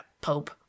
Pope